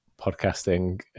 podcasting